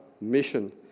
mission